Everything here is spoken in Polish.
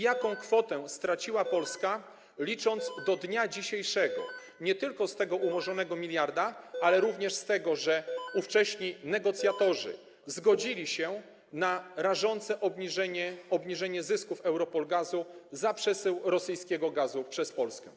Jaką kwotę straciła Polska, licząc do dnia dzisiejszego, nie tylko w przypadku tego umorzonego 1 mld, ale również w przypadku tego, że ówcześni negocjatorzy zgodzili się na rażące obniżenie zysków EuRoPol Gazu za przesył rosyjskiego gazu przez Polskę?